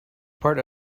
part